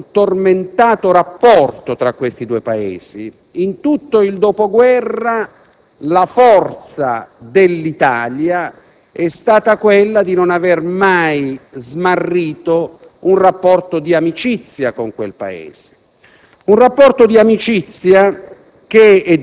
così come si ricordava, nel quadro di un tormentato rapporto tra questi due Paesi, in tutto il dopoguerra la forza dell'Italia è stata quella di non avere mai smarrito un legame di amicizia e di